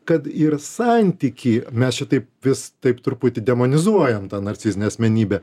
kad ir santykį mes čia taip vis taip truputį demonizuojam tą narcizinę asmenybę